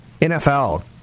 NFL